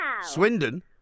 Swindon